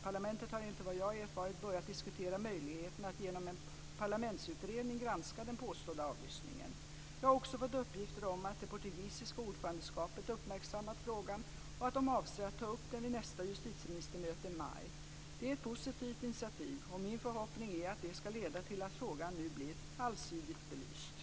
Parlamentet har enligt vad jag erfarit börjat diskutera möjligheten att genom en parlamentsutredning granska den påstådda avlyssningen. Jag har också fått uppgift om att det portugisiska ordförandeskapet uppmärksammat frågan och att de avser att ta upp den vid nästa justitieministermöte i maj. Det är ett positivt initiativ och min förhoppning är att det ska leda till att frågan nu blir allsidigt belyst.